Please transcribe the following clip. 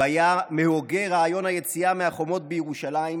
הוא היה מהוגי רעיון היציאה מהחומות בירושלים,